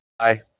Hi